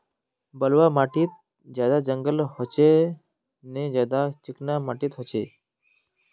बलवाह माटित ज्यादा जंगल होचे ने ज्यादा चिकना माटित होचए?